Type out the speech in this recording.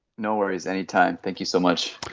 no worries, any time, thank you so much.